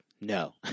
no